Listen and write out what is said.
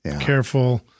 careful